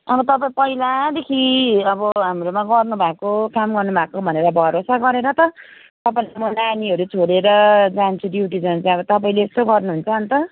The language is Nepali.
अब तपाईँ पहिलादेखि अब हाम्रोमा गर्नुभएको काम गर्नुभएको भनेर भरोसा गरेर त तपाईँलाई म नानीहरू छोडेर जान्छु ड्युटी तपाईँले यस्तो गर्नुहुन्छ अन्त